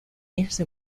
ese